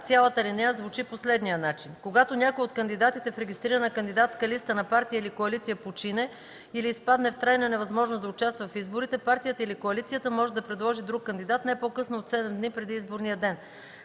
Цялата алинея звучи по следния начин: „(5) Когато някой от кандидатите в регистрирана кандидатска листа на партия или коалиция почине или изпадне в трайна невъзможност да участва в изборите, партията или коалицията може да предложи друг кандидат не по-късно от 7 дни преди изборния ден.